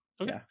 Okay